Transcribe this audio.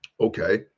Okay